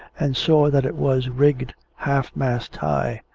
and saw that it was rigged half-mast high.